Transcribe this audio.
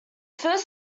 first